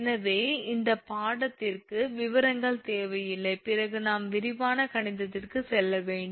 எனவே இந்த பாடத்திற்கு விவரங்கள் தேவையில்லை பிறகு நாம் விரிவான கணிதத்திற்கு செல்ல வேண்டும்